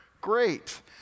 great